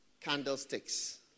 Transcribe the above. candlesticks